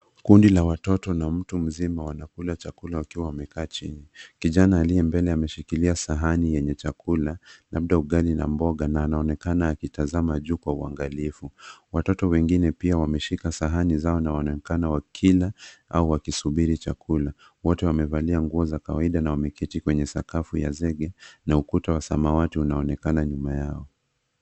Kundi la watoto na mtu mzima wanakula chakula wakiwa wamekaa chini. Kijana aliye mbele ameshikilia sahani yenye chakula labda ugali na mboga na anaonekana akitazama juu kwa uangalifu. Watoto wengine pia wameshika sahani zao na wanaonekana wakila au wakisubiri chakula. Wote wamevalia nguo za kawaida na wameketi kwenye sakafu ya zege na ukuta wa samawati unaonekana nyuma yao.